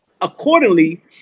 accordingly